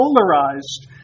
polarized